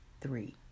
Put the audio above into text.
three